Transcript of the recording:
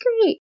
great